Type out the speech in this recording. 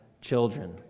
children